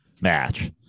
match